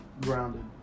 grounded